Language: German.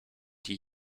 die